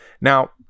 Now